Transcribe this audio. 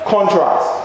Contrast